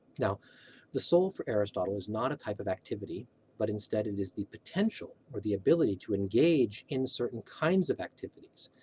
now the soul for aristotle is not a type of activity but instead it is the potential or the ability to engage in certain kinds of activities,